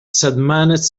setmanes